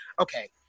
Okay